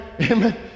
amen